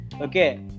Okay